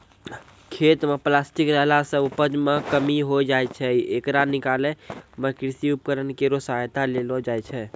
खेत म प्लास्टिक रहला सें उपज मे कमी होय जाय छै, येकरा निकालै मे कृषि उपकरण केरो सहायता लेलो जाय छै